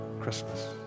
Christmas